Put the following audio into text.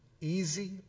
easy